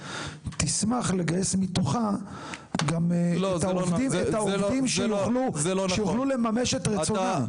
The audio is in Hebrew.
תשמח לגייס מתוכה גם את העובדים שיוכלו לממש את רצונם.